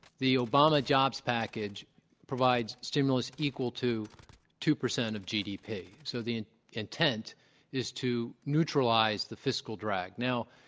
the obama jobs package provides stimulus equal to two percent of gdp. so the intent is to neutralize the fiscal drag. now,